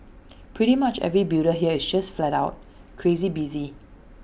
pretty much every builder here is just flat out crazy busy